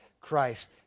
Christ